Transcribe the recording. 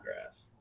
grass